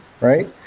right